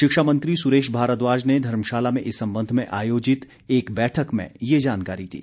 शिक्षा मंत्री सुरेश भारद्वाज ने धर्मशाला में इस संबंध में आयोजित एक बैठक में ये जानकारी दी